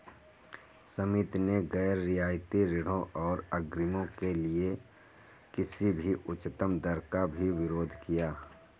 समिति ने गैर रियायती ऋणों और अग्रिमों के लिए किसी भी उच्चतम दर का भी विरोध किया